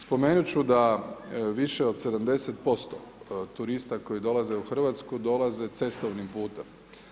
Spomenut ću da više od 70% turista koji dolaze u Hrvatsku, dolaze cestovnim putem.